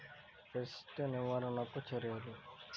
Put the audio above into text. Pest నివారణకు చర్యలు?